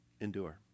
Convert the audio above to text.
Endure